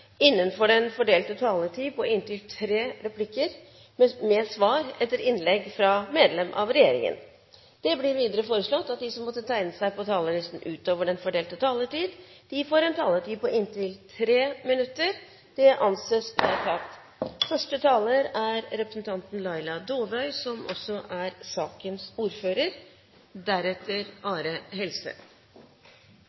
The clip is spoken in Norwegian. innenfor den fordelte taletid. Videre blir det foreslått at de som måtte tegne seg på talerlisten utover den fordelte taletid, får en taletid på inntil 3 minutter. – Det anses vedtatt. For Høyre er utgangspunktet for all velferdspolitikk at man trenger aktivitet, og gjerne aktivitet fra så tidlig av som mulig. Det får vi også